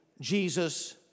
Jesus